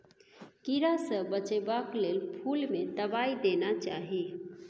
कीड़ा सँ बचेबाक लेल फुल में दवाई देना चाही